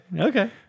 okay